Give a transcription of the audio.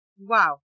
wow